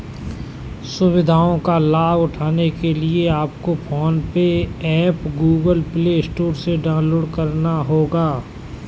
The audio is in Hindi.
सुविधाओं का लाभ उठाने के लिए आपको PhonePe app Google Play Store से डाउनलोड करना होगा